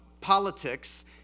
politics